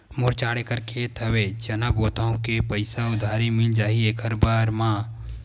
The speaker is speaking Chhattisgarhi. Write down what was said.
मोर चार एकड़ खेत हवे चना बोथव के पईसा उधारी मिल जाही एक बार मा?